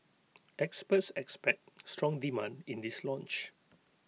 experts expect strong demand in this launch